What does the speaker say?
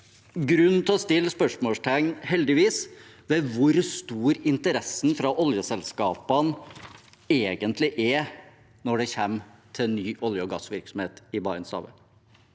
grunn til å sette spørsmålstegn ved hvor stor interessen fra oljeselskapene egentlig er når det gjelder ny olje- og gassvirksomhet i Barentshavet.